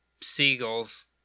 seagulls